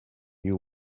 you